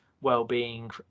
well-being